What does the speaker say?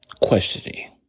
questioning